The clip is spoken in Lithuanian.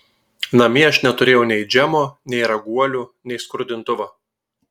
namie aš neturėjau nei džemo nei raguolių nei skrudintuvo